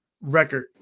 record